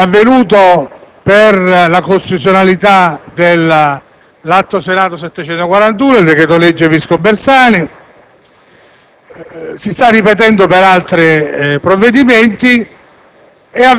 è avvenuto per la costituzionalità dell'atto Senato n. 741, il cosiddetto decreto-legge Visco-Bersani, si sta ripetendo per altri provvedimenti,